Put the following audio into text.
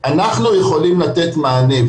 אנחנו יכולים לתת מענה.